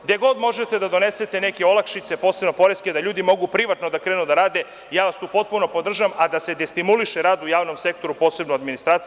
Gde god možete da donesete neke olakšice, posebno poreske, da ljudi mogu privatno da krenu da rede, ja vas tu potpuno podržavam, a da se destimuliše rad u javnom sektoru, posebno u administraciji.